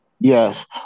yes